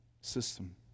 system